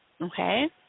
Okay